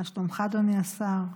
מה שלומך, אדוני השר?